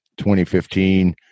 2015